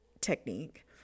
technique